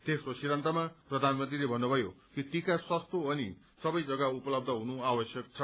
तेम्रो सिद्धान्तमा प्रधानमन्त्रीले भन्नुमयो कि टीक्व सस्तो अनि सबै जम्गा उपलब्य हुनु आवश्यक छ